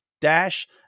dash